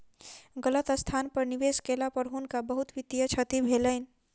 गलत स्थान पर निवेश केला पर हुनका बहुत वित्तीय क्षति भेलैन